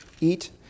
eat